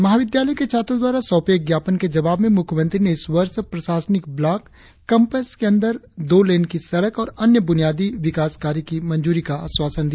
महाविद्यालय के छात्रो द्वारा सौपे एक ज्ञापन के जवाव में मुख्यमंत्री ने इस वर्ष प्रशासनिक ब्लाक केम्पस के अंदर दो लेन की सड़क और अन्य बुनियादी विकास कार्य की मंजूरी का आश्वासन दिया